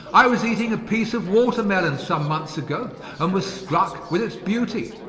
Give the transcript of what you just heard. i was eating a piece of watermelon some months ago and was struck with its beauty.